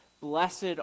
Blessed